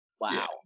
Wow